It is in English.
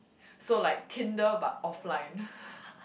so like Tinder but offline